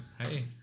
hey